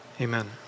amen